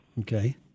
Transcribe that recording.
Okay